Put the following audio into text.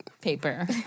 paper